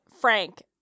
Frank